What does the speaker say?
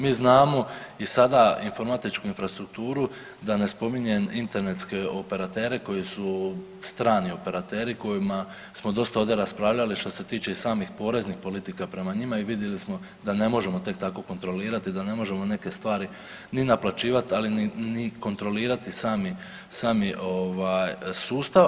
Mi znamo i sada informatičku infrastrukturu da ne spominjem internetske operatere koji su strani operateri o kojima smo dosta ovdje raspravljali što se tiče i samih poreznih politika prema njima i vidjeli smo da ne možemo tek tako kontrolirati, da ne možemo neke stvari ni naplaćivati, ali ni kontrolirati sami sustav.